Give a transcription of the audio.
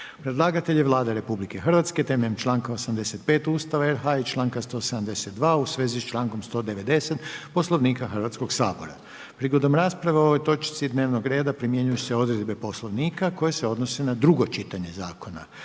Predlagatelj je Vlada RH temeljem članka 85. Ustava RH i članka 172. u svezi s člankom 190. Poslovnika Hrvatskog sabora. Prigodom rasprave o ovoj točki dnevnog reda primjenjuju se odredbe Poslovnika koje se odnose na drugo čitanje zakona.